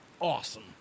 awesome